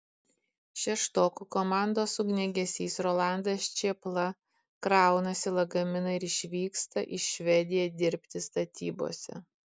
šeštokų komandos ugniagesys rolandas čėpla kraunasi lagaminą ir išvyksta į švediją dirbti statybose